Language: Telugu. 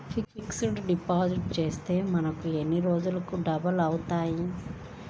ఫిక్సడ్ డిపాజిట్ చేస్తే మనకు ఎన్ని రోజులకు డబల్ అవుతాయి?